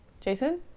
Jason